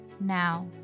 now